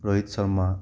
Rohit Sharma